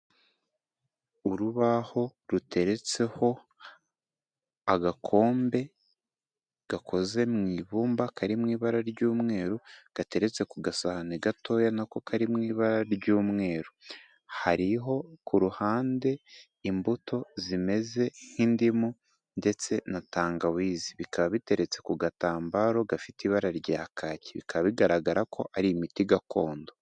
Urubaho ruteretseho agakombe gakoze mu ibumba, kari mu ibara ry'umweru, gateretse ku gasahane gatoya na ko kari mu ibara ry'umweru, hariho ku ruhande imbuto zimeze nk'indimu ndetse na tangawizi, bikaba biteretse ku gatambaro gafite ibara rya kaki bikaba bigaragara ko ari imiti gakondo.